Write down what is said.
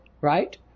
Right